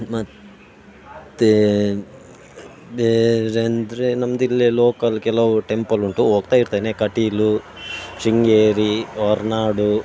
ಮತ್ತು ಬೇರೆ ಅಂದರೆ ನಮ್ದು ಇಲ್ಲೇ ಲೋಕಲ್ ಕೆಲವು ಟೆಂಪಲ್ ಉಂಟು ಹೋಗ್ತಾ ಇರ್ತೇನೆ ಕಟೀಲು ಶೃಂಗೇರಿ ಹೊರನಾಡು